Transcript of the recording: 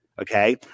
okay